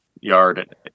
yard